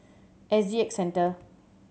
S G X Centre